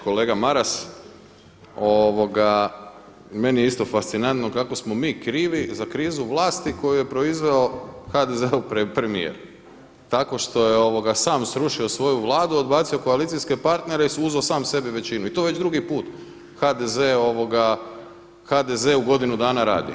Kolega Maras, meni je isto fascinantno kako smo mi krivi za krizu vlasti koju je proizveo HDZ-ov premijer tako što je sam srušio svoju Vladu, odbacio koalicijske partnere i uzeo sam sebi većinu i to već drugi put HDZ u godinu dana radi.